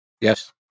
Yes